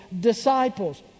disciples